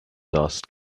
dust